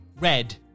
red